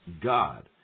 God